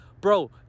bro